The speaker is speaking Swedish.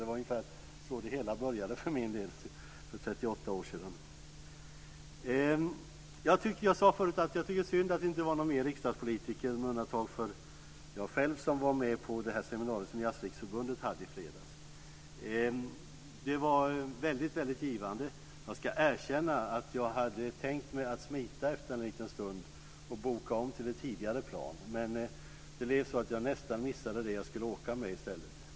Det var ungefär så det hela började för min del för 38 år sedan. Jag sade förut att jag tycker att det var synd att det inte var någon mer riksdagspolitiker än jag själv som var med på det seminarium som Jazzriksförbundet hade i fredags. Det var väldigt givande. Jag ska erkänna att jag hade tänkt smita efter en liten stund och boka om till ett tidigare plan, men det blev i stället så att jag nästan missade det plan jag skulle åka med.